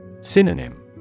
Synonym